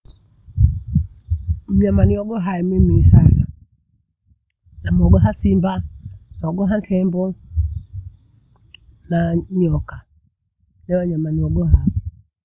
mnyama nihogo hanimisasa, namuosa simba, naogotha nkenge na nyihoka. Theo nimanye ogotha.